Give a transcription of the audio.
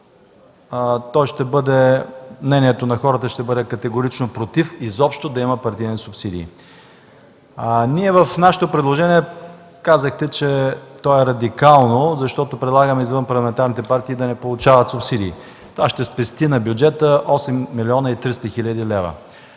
до народа, мнението на народа ще бъде категорично против изобщо да има партийни субсидии. Казахте, че нашето предложение е радикално, защото предлагаме извънпарламентарните партии да не получават субсидии. Това ще спести на бюджета 8 млн. 300 хил. лв.